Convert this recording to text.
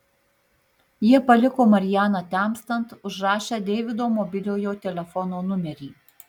jie paliko marianą temstant užrašę deivido mobiliojo telefono numerį